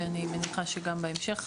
ואני מניחה שגם בהמשך,